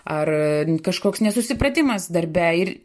ar kažkoks nesusipratimas darbe ir